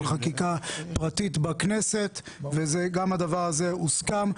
חקיקה פרטית בכנסת וגם הדבר הזה הוסכם.